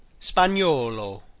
Spagnolo